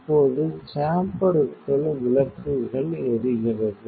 இப்போது சேம்பர்க்குள் விளக்குகள் எரிகிறது